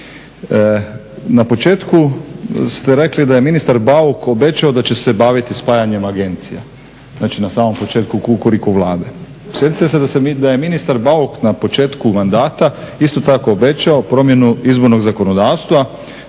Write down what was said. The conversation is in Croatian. Na početku ste rekli da je ministar Bauk obećao da će se baviti spajanjem agencija, znači na samom početku Kukuriku Vlade. Sjetite se da je ministar Bauk na početku mandata isto tako obećao promjenu izbornog zakonodavstva,